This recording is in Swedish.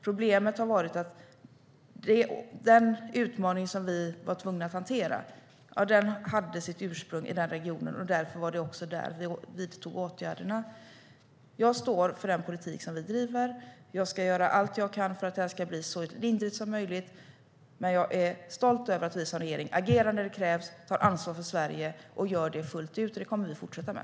Problemet har varit att den utmaning som vi var tvungna att hantera hade sitt ursprung i den regionen, och därför var det också där vi vidtog åtgärderna. Jag står för den politik som vi driver. Jag ska göra allt jag kan för att det här ska bli så lindrigt som möjligt, men jag är stolt över att vi som regering agerar när det krävs och tar ansvar för Sverige fullt ut. Det kommer vi att fortsätta med.